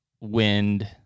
wind